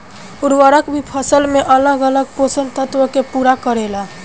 उर्वरक भी फसल में अलग अलग पोषण तत्व के पूरा करेला